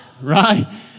right